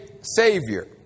Savior